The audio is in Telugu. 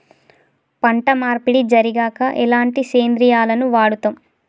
పంట మార్పిడి జరిగాక ఎలాంటి సేంద్రియాలను వాడుతం?